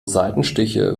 seitenstiche